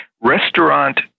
restaurant